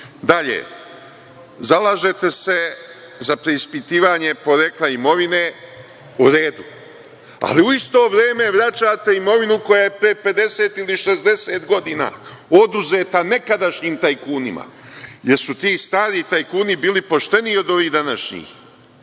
zalažete se za preispitivanje porekla imovine, u redu, ali u isto vreme vraćate imovinu koja je pre 50 ili 60 godina oduzeta nekadašnjim tajkunima. Jel su ti stari tajkuni bili pošteniji od ovih današnjih?